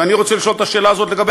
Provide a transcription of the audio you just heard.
ואני רוצה לשאול את השאלה הזאת לגבי